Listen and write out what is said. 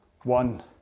one